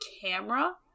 camera